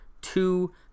two